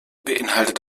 beinhaltet